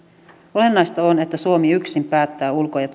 olennaista on että suomi yksin päättää ulko ja